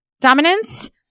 dominance